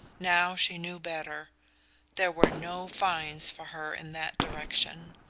now she knew better there were no finds for her in that direction.